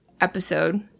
episode